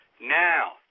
Now